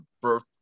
birth